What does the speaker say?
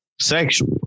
sexual